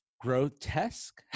grotesque